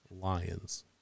lions